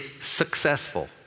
successful